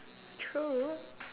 true